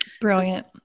Brilliant